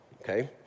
okay